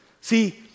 See